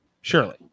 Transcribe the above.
Surely